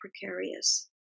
precarious